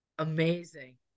Amazing